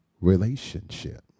relationship